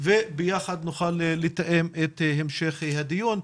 וביחד נוכל לתאם את המשך הדיון.